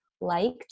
liked